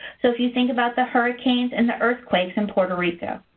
so if you think about the hurricanes and the earthquakes in puerto rico.